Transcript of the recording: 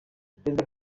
perezida